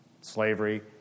Slavery